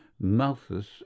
Malthus